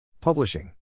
Publishing